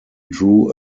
drew